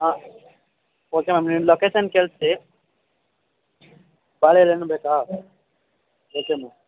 ಹಾಂ okay ma'am ನಿಮ್ಮ location ಕಳ್ಸಿ ಬಾಳೆಎಲೆಯೂ ಬೇಕಾ ಓಕೆ ಮ